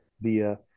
via